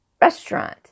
restaurant